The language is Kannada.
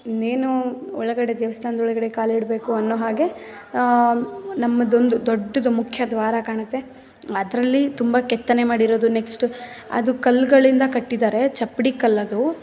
ಇನ್ನೇನು ಒಳಗಡೆ ದೇವ್ಸ್ಥಾನ್ದ ಒಳಗಡೆ ಕಾಲಿಡಬೇಕು ಅನ್ನೋ ಹಾಗೆ ನಮ್ಮದೊಂದು ದೊಡ್ಡದು ಮುಖ್ಯ ದ್ವಾರ ಕಾಣುತ್ತೆ ಅದರಲ್ಲಿ ತುಂಬ ಕೆತ್ತನೆ ಮಾಡಿರೋದು ನೆಕ್ಸ್ಟು ಅದು ಕಲ್ಲುಗಳಿಂದ ಕಟ್ಟಿದ್ದಾರೆ ಚಪ್ಪಡಿ ಕಲ್ಲು ಅದು